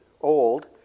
old